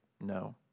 no